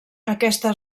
aquesta